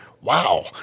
wow